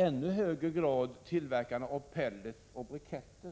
ännu högre grad tillverkare av pellets och briketter.